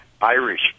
Irish